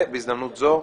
ובהזדמנות זו,